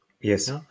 Yes